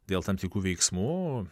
dėl tam tikrų veiksmų